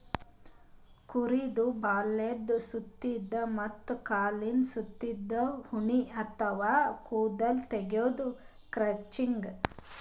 ಕುರಿದ್ ಬಾಲದ್ ಸುತ್ತಿನ್ದ ಮತ್ತ್ ಕಾಲಿಂದ್ ಸುತ್ತಿನ್ದ ಉಣ್ಣಿ ಅಥವಾ ಕೂದಲ್ ತೆಗ್ಯದೆ ಕ್ರಚಿಂಗ್